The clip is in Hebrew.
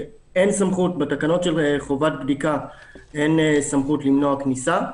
בתקנות של חובת בדיקה אין סמכות למנוע כניסה.